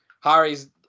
Harry's